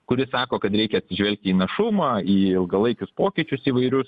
kuri sako kad reikia atsižvelgti į našumą į ilgalaikius pokyčius įvairius